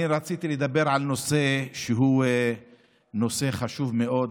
אני רציתי לדבר על נושא שהוא נושא חשוב מאוד,